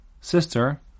sister